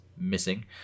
missing